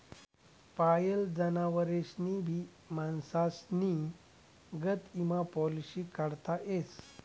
पायेल जनावरेस्नी भी माणसेस्ना गत ईमा पालिसी काढता येस